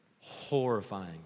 horrifying